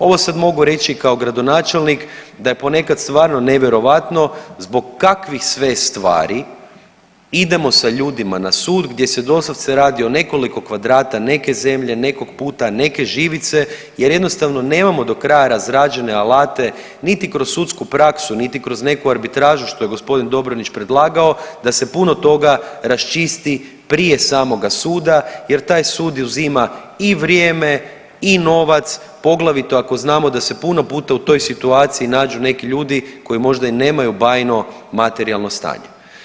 Ovo sad mogu reći kao gradonačelnik da je ponekad stvarno nevjerojatno zbog kakvih sve stvari idemo sa ljudima na sud gdje se doslovce radi o nekoliko kvadrata neke zemlje, nekog puta, neke živice jer jednostavno nemamo do kraja razrađene alate niti kroz sudsku praksu, niti kroz neku arbitražu, što je g. Dobronić predlagao, da se puno toga raščisti prije samoga suda jer taj sud uzima i vrijeme i novac, poglavito ako znamo da se puno puta u toj situaciji nađu neki ljudi koji možda i nemaju bajno materijalno stanje.